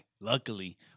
Luckily